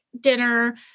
dinner